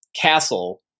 castle